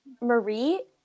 Marie